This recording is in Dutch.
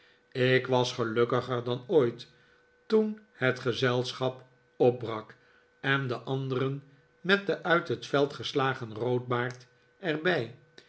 ik was gelukkiger dan ooit toen het gezelschap opbrak en de anderen met den uit het veld geslagen roodbaard er